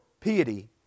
piety